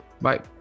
bye